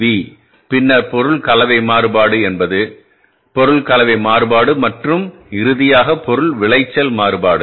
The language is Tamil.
வி பின்னர் பொருள் கலவை மாறுபாடு என்பது பொருள் கலவை மாறுபாடு மற்றும் இறுதியாக பொருள் விளைச்சல் மாறுபாடு